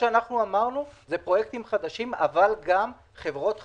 דיברנו על פרויקטים חדשים, על חברות חדשות,